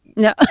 no ah